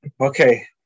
okay